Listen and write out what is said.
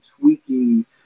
tweaking